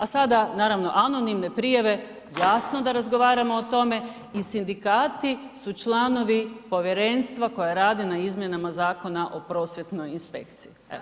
A sada naravno anonimne prijave jasno da razgovaramo o tome i sindikati su članovi povjerenstva koje radi na izmjenama Zakona o prosvjetnoj inspekciji.